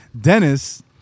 Dennis